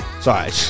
Sorry